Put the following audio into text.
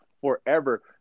forever